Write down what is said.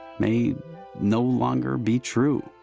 may no longer be true.